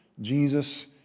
Jesus